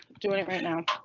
doing it right now